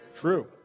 True